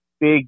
big